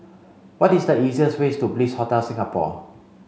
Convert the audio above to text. what is the easiest ways to Bliss Hotel Singapore